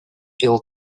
ill